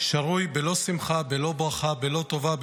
שרוי בלא שמחה, בלא ברכה, בלא טובה".